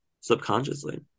subconsciously